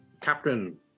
Captain